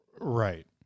Right